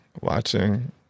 watching